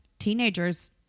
teenagers